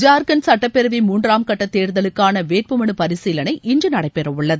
ஜார்கண்ட் சுட்டப்பேரவைத் மூன்றாம் கட்ட தேர்தலுக்கான வேட்புமனு பரிசீலனை இன்று நடைபெற உள்ளது